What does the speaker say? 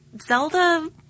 Zelda